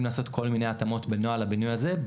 לעשות כל מיני התאמות בנוהל הבינוי הזה,